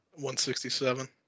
167